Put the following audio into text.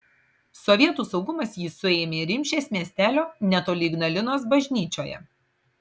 sovietų saugumas jį suėmė rimšės miestelio netoli ignalinos bažnyčioje